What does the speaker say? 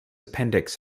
appendix